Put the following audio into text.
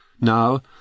Now